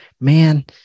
man